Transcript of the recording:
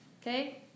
Okay